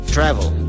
Travel